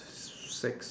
six